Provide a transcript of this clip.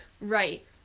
right